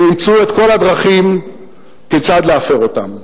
הם ימצאו את כל הדרכים כיצד להפר אותן,